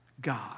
God